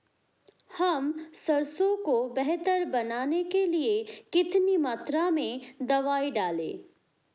हम सरसों को बेहतर बनाने के लिए कितनी मात्रा में दवाई डालें?